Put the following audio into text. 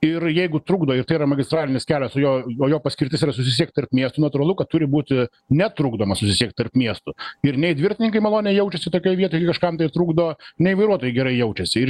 ir jeigu trukdo ir tai yra magistralinis kelias o jo o jo paskirtis yra susisiekti tarp miestų natūralu kad turi būti netrukdoma susisiekti tarp miestų ir nei dviratininkai maloniai jaučiasi tokioj vietoj kažkam tai trukdo nei vairuotojai gerai jaučiasi ir